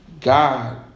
God